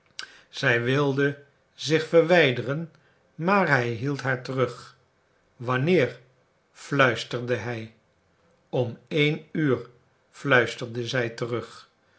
zij wilde zich verwijderen maar hij hield haar terug wanneer fluisterde hij om één uur fluisterde zij terug